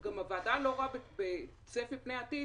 גם הוועדה לא רואה בצופה פני העתיד